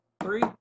three